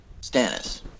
Stannis